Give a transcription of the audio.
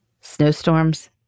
snowstorms